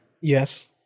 Yes